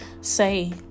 say